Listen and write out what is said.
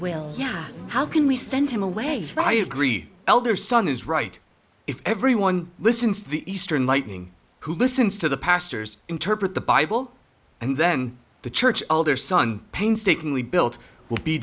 will how can we send him away as riot gree elder son is right if everyone listens the eastern lightning who listens to the pastors interpret the bible and then the church elder son painstakingly built will be